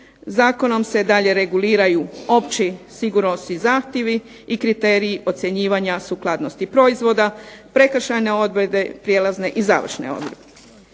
zakonom se dalje reguliraju opći sigurnosni zahtjevi i kriteriji ocjenjivanja sukladnosti proizvoda, prekršajne odredbe, prijelazne i završne odredbe.